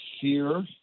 fear